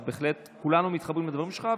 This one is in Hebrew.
אז בהחלט כולנו מתחברים לדברים שלך,